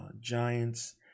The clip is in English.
giants